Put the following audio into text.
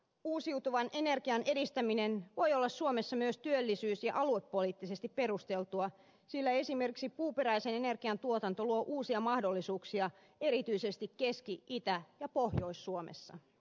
uusiutuvan energian edistäminen voi olla suomessa myös työllisyys ja aluepoliittisesti perusteltua sillä esimerkiksi puuperäisen energian tuotanto luo uusia mahdollisuuksia erityisesti keski itä ja pohjois suomessa